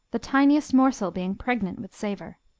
the tiniest morsel being pregnant with savour.